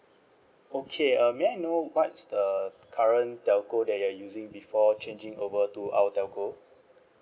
okay uh may I know what's the current telco that you're using before changing over to our telco